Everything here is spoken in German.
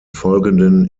folgenden